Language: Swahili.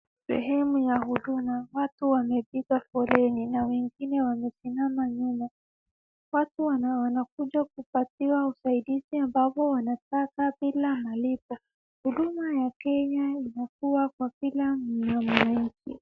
Sehemu ya huduma watu wamepiga foleni na wengine wamesimama nyuma , watu wamekuja kupatiwa usaidizi ambao wanapata bila malipo, huduma ya kenya inakuwa kwa kila mmoja wake